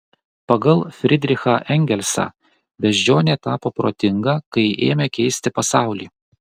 pagal fridrichą engelsą beždžionė tapo protinga kai ėmė keisti pasaulį